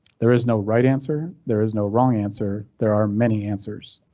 there is no right answer. there is no wrong answer. there are many answers